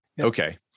Okay